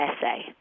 essay